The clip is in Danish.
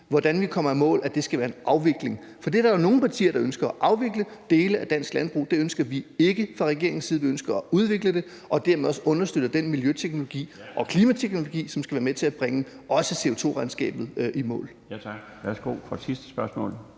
hvorpå vi kommer i mål, skal være en afvikling. For der er jo nogle partier, der ønsker at afvikle dele af danske landbrug; det ønsker vi ikke fra regeringens side. Vi ønsker at udvikle det og dermed også understøtte den miljøteknologi og klimateknologi, som skal være med til at bringe også CO2-regnskabet i mål.